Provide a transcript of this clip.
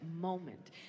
moment